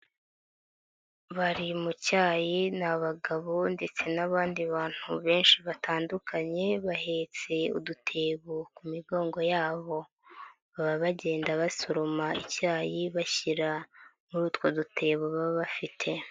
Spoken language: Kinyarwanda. Bari mu cyayi ni abagabo ndetse n'abandi bantu benshi batandukanye, bahetse udutebo ku migongo yabo. Baba bagenda basoroma icyayi bashyira muri utwo dutebo baba bafite.